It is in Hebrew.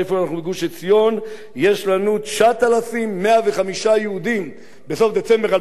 יש לנו 9,105 יהודים בסוף דצמבר 2011. דוידי פרל,